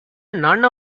none